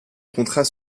contrats